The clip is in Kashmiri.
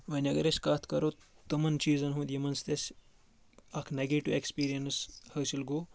وۄنۍ اگر أسۍ کتھ کرو تٕمَن چیٖزن ہُنٛد یِمن سۭتۍ اَسہِ اکھ نگیٹِو ایٚکٕسپیٖرینس حٲصِل گوٚو